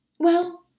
Well